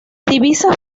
divisas